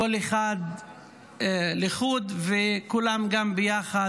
כל אחד לחוד וגם כולם ביחד,